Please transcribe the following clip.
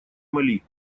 мали